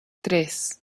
tres